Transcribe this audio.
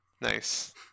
Nice